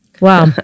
Wow